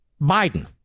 Biden